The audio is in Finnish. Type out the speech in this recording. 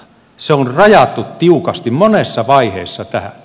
se on rajattu tiukasti monessa vaiheessa tähän